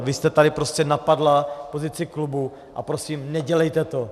Vy jste tady prostě napadla pozici klubu a prosím nedělejte to.